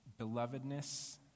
belovedness